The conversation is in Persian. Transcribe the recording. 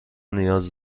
نیاز